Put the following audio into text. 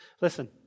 Listen